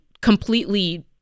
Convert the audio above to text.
completely